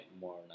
more